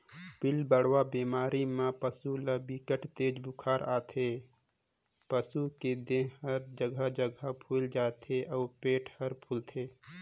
पिलबढ़वा बेमारी म पसू ल बिकट तेज बुखार आथे, पसू के देह हर जघा जघा फुईल जाथे अउ पेट हर फूलथे